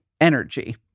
energy